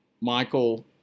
Michael